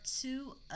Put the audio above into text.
two